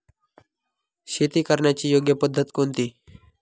शेती करण्याची योग्य पद्धत कोणती आहे?